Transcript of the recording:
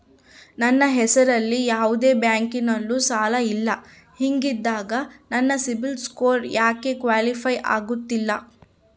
ನನ್ನ ಹೆಸರಲ್ಲಿ ಯಾವ ಬ್ಯಾಂಕಿನಲ್ಲೂ ಸಾಲ ಇಲ್ಲ ಹಿಂಗಿದ್ದಾಗ ನನ್ನ ಸಿಬಿಲ್ ಸ್ಕೋರ್ ಯಾಕೆ ಕ್ವಾಲಿಫೈ ಆಗುತ್ತಿಲ್ಲ?